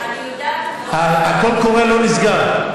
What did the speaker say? הקול קורא לא נסגר.